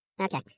Okay